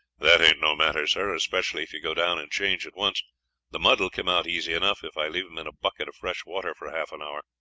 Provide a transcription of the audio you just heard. that aint no matter, sir, especially if you go down and change at once the mud will come out easy enough if i leave them in a bucket of fresh water for half an hour.